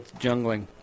jungling